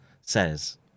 says